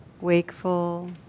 wakeful